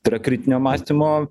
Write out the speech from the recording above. tai yra kritinio mąstymo